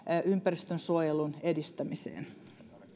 ympäristönsuojelun edistämiseen